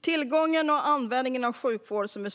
Tillgången till och användningen av sjukvården är som